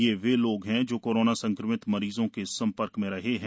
ये वे लोग हैं जो कोरोना संक्रमित मरीजों के संपर्क में रहे हैं